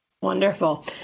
Wonderful